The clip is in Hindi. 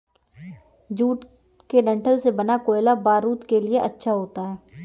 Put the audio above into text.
जूट के डंठल से बना कोयला बारूद के लिए अच्छा होता है